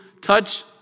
touch